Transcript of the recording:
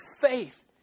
faith